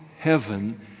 heaven